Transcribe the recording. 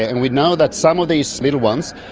and we know that some of these little ones,